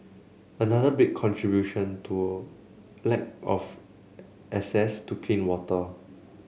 another big contribution to a lack of access to clean water